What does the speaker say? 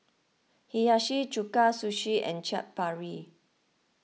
Hiyashi Chuka Sushi and Chaat Papri